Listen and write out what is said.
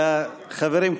חברים,